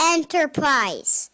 Enterprise